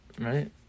Right